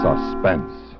Suspense